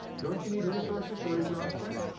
don't you need resources to raise your offspring?